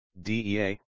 DEA